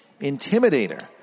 Intimidator